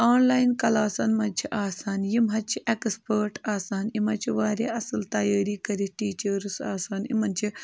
online کٕلاسَن منٛز چھِ آسان یِم حظ چھِ اٮ۪کٕسپٲٹ آسان یِم حظ چھِ واریاہ اَصٕل تیٲری کٔرِتھ ٹیٖچٲرٕس آسان یِمَن چھِ